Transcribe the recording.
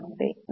നമസ്തേ